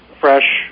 fresh